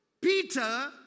Peter